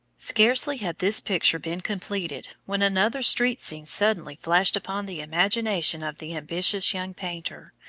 scarcely had this picture been completed, when another street scene suddenly flashed upon the imagination of the ambitious young painter,